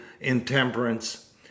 intemperance